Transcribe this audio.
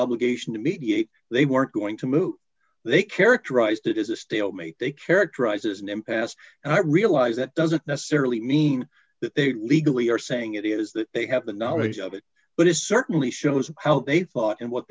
obligation to mediate they weren't going to move they characterized it as a stalemate they characterize it as an impasse and i realize that doesn't necessarily mean that they legally are saying it is that they have the knowledge of it but it certainly shows how they thought and what